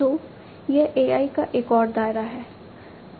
तो यह AI का एक और दायरा है